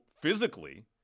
physically